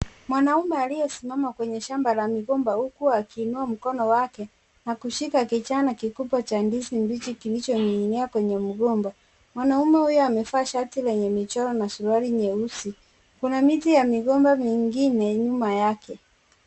Mwanaume aliyesimama kwenye shamba la migomba huku akiinuwa mkono wake na kushika kijani kikubwa cha ndizi mbichi kilichoning'inia kwenye mgomba, mwanaume huyo wamevaa shati lenye michoro na suruali nyeusi kuna miti ya migomba mingine nyuma yake.